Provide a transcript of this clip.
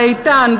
ואיתן,